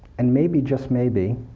and maybe, just maybe,